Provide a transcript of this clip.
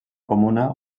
comuna